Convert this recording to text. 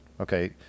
Okay